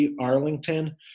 Arlington